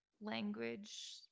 language